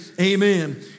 amen